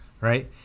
right